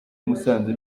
musanze